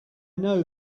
know